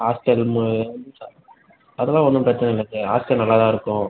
hostel மு ச அதெலாம் ஒன்றும் பிரச்சின இல்லை சார் ஹாஸ்டல் நல்லாதான் இருக்கும்